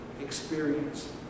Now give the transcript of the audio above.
experience